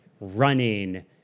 running